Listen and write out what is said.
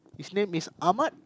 his name is ahmad